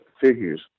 figures